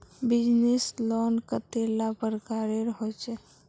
Business loan कतेला प्रकारेर होचे?